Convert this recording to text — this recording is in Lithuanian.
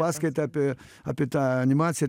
paskaitą apie apie tą animaciją